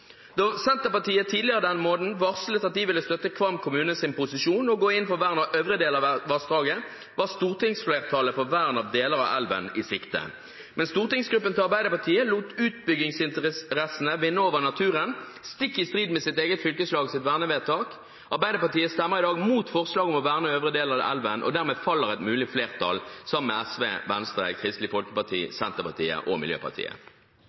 Da Senterpartiet tidligere denne måneden varslet at de ville støtte Kvam kommunes posisjon og gå inn for vern av øvre del av vassdraget, var stortingsflertallet for vern av deler av elven i sikte. Men stortingsgruppen til Arbeiderpartiet lot utbyggingsinteressene vinne over naturen, stikk i strid med sitt eget fylkeslags vernevedtak. Arbeiderpartiet stemmer i dag mot forslag om å verne øvre del av elven, og dermed faller et mulig flertall sammen med SV, Venstre, Kristelig Folkeparti, Senterpartiet og Miljøpartiet